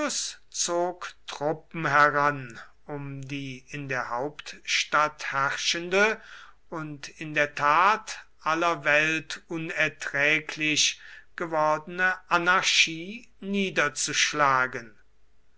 truppen heran um die in der hauptstadt herrschende und in der tat aller welt unerträglich gewordene anarchie niederzuschlagen